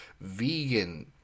vegan